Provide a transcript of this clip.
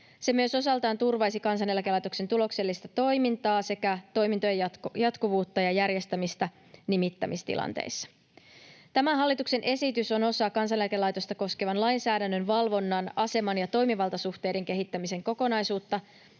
Se myös osaltaan turvaisi Kansaneläkelaitoksen tuloksellista toimintaa sekä toimintojen jatkuvuutta ja järjestämistä nimittämistilanteissa. Tämä hallituksen esitys on osa Kansaneläkelaitosta koskevan lainsäädännön, valvonnan, aseman ja toimivaltasuhteiden kehittämisen kokonaisuutta,